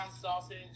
sausage